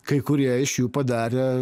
kai kurie iš jų padarė